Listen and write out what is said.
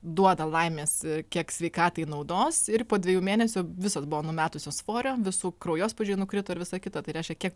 duoda laimės kiek sveikatai naudos ir po dviejų mėnesių visos buvo numetusios svorio visų kraujospūdžiai nukrito ir visa kita tai reiškia kiek